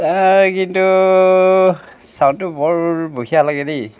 তাৰ কিন্তু চাউণ্ডটো বৰ বঢ়িয়া লাগে দেই